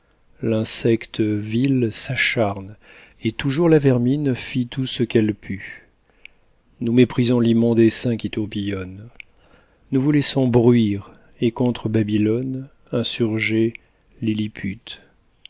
l'insecte vil s'acharne et toujours la vermine fit tout ce qu'elle put nous méprisons l'immonde essaim qui tourbillonne nous vous laissons bruire et contre babylone insurger lilliput